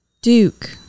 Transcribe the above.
duke